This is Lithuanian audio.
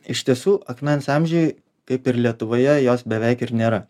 iš tiesų akmens amžiuj kaip ir lietuvoje jos beveik ir nėra